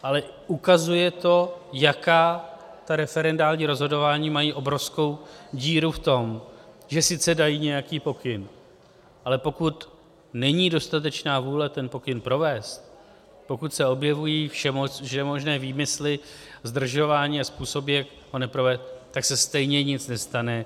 Ale ukazuje to, jaká ta referendální rozhodování mají obrovskou díru v tom, že sice dají nějaký pokyn, ale pokud není dostatečná vůle ten pokyn provést, pokud se objevují všemožné výmysly, zdržování a způsoby, jak ho neprovést, tak se stejně nic nestane.